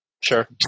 Sure